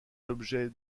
objets